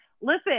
listen